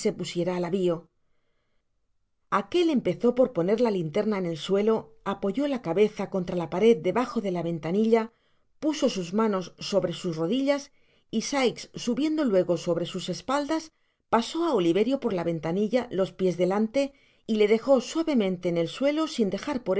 pusiera al avio aquel empezó por poner la linterna en el suelo apoyó la cabeza contra la pared debajo de la ventanilla pu o sus manos sobre sus rodillas y sikes subiendo luego sobre sus espaldas pasó á oliverio por la ventanilla los piés delante y le dejo suavemente en el suelo sin dejar